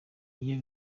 iyo